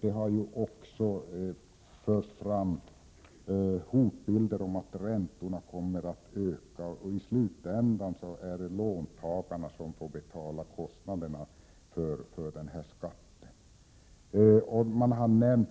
Det har ju också förts fram hotbilder om att räntorna kommer att öka och att det i slutändan är låntagarna som får betala kostnaderna för denna skatt. Man har nämnt